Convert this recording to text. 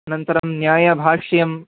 अनन्तरं न्यायभाष्यं